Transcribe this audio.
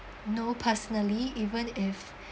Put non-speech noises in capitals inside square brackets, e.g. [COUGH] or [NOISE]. know personally even if [BREATH]